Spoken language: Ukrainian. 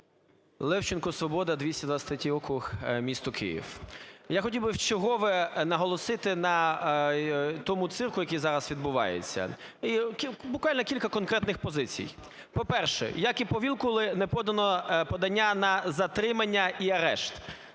Левченко, "Свобода", 223 округ, місто Київ. Я хотів би вчергове наголосити на тому цирку, який зараз відбувається. Буквально кілька конкретних позицій. По-перше, як і по Вілкулу, не подано подання на затримання і арешт.